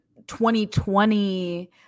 2020